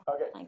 Okay